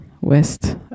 west